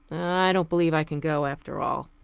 i don't believe i can go, after all.